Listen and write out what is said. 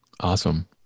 Awesome